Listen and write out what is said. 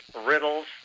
riddles